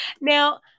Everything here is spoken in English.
now